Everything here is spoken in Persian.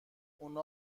اونا